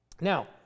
Now